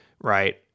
right